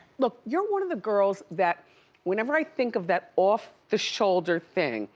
look, you're one of the girls that whenever i think of that off-the-shoulder thing,